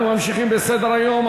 אנחנו ממשיכים בסדר-היום.